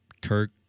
Kirk